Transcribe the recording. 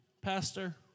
pastor